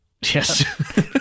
Yes